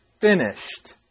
finished